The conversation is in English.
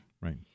right